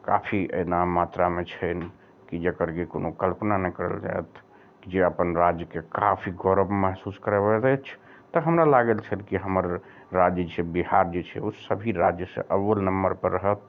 काफी एना मात्रामे छनि कि जेकर भी कोनो कल्पना नहि कयल जाएत जे अपन राज्यके काफी गौरब महसूस करबै अछि तऽ हमरा लागल छल की हमर राज्य छै बिहार छै ओ सभ राज्य सऽ अव्वल नम्बर पर रहत